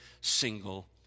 single